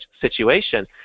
situation